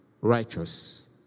Righteous